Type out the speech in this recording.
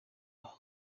aha